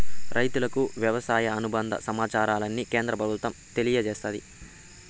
రైతులకు వ్యవసాయ అనుబంద సమాచారాన్ని కేంద్ర ప్రభుత్వం తెలియచేస్తాది